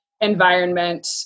environment